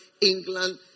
England